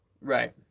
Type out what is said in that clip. Right